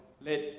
let